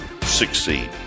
succeed